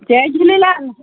Jay Jhulelal